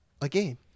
again